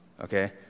okay